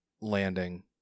landing